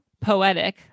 poetic